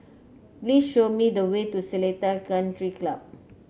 please show me the way to Seletar Country Club